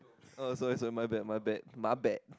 oh sorry sorry my bad my bad my bad